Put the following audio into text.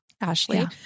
Ashley